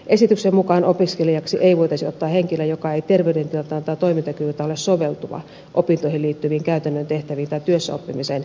esityksen mukaan opiskelijaksi ei voitaisi ottaa henkilöä joka ei terveydentilaltaan tai toimintakyvyltään ole soveltuva opintoihin liittyviin käytännön tehtäviin tai työssä oppimiseen tai harjoitteluun